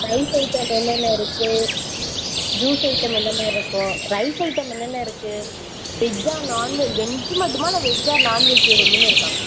rice item என்னென்ன இருக்குது juice item என்னென்ன இருக்கும் ரைஸ் ஐட்டம் என்னென்ன இருக்குது வெஜ்ஜா நாண்வெஜ் வெஜ் மட்டுமா இல்லை வெஜ் ஆர் நாண்வெஜ் இது ரெண்டுமே இருக்கா மேம்